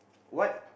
what